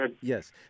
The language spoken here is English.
yes